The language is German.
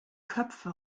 köpfe